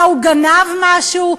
מה, הוא גנב משהו?